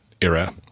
era